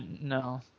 no